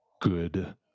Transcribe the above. good